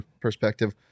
perspective